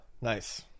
nice